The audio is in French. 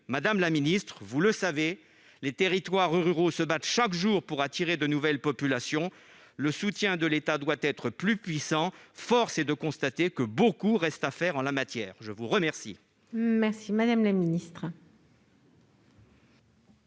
Madame la ministre, vous le savez, les territoires ruraux se battent chaque jour pour attirer de nouvelles populations. Le soutien de l'État doit être plus puissant. Force est de constater que beaucoup reste à faire en la matière. La parole est à Mme la ministre.